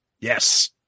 Yes